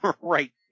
Right